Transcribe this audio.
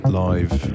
live